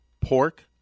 pork